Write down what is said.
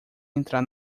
entrar